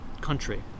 country